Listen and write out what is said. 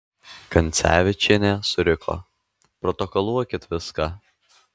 kancevyčienė suriko protokoluokit viską